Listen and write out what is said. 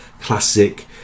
classic